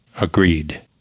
Agreed